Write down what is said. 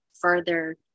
further